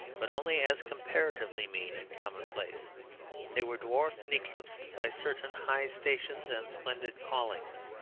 but only as comparatively mean and commonplace they were dwarfed and eclipsed by certain high stations and splendid callings.